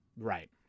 Right